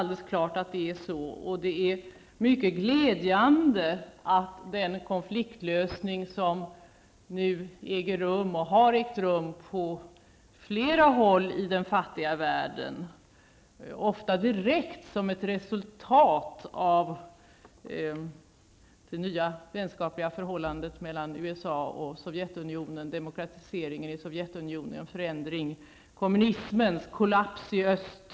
Det är mycket glädjande med den konfliktlösning som nu äger rum och har ägt rum på flera håll i den fattiga världen, ofta som ett direkt resultat av de nya vänskapliga förhållandena mellan USA och Sovjetunionen, demokratiseringen i Sovjetunionen och kommunismens kollaps i öst.